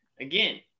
again